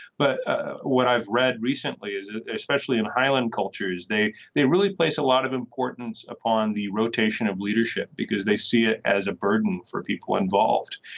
but what i've read recently is especially in highland cultures they they really place a lot of importance upon the rotation of leadership because they see it as a burden for people involved.